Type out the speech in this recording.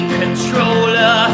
controller